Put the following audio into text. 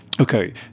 okay